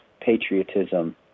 patriotism